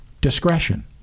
Discretion